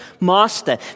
master